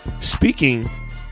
Speaking